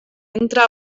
entra